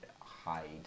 hide